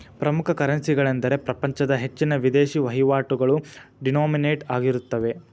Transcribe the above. ಪ್ರಮುಖ ಕರೆನ್ಸಿಗಳೆಂದರೆ ಪ್ರಪಂಚದ ಹೆಚ್ಚಿನ ವಿದೇಶಿ ವಹಿವಾಟುಗಳು ಡಿನೋಮಿನೇಟ್ ಆಗಿರುತ್ತವೆ